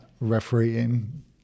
refereeing